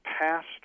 past